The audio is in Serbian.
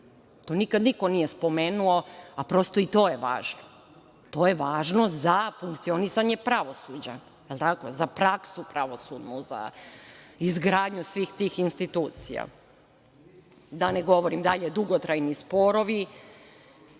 to nikada niko nije spomenuo, a prosto, i to je važno. To je važno za funkcionisanje pravosuđa, za praksu pravosudnu, za izgradnju svih tih institucija. Da ne govorim dalje, dugotrajni sporovi,